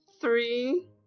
Three